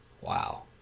wow